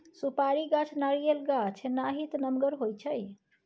सुपारी गाछ नारियल गाछ नाहित नमगर होइ छइ